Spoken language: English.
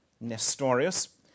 Nestorius